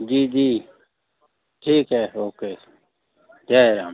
जी जी ठीक है ओके जय राम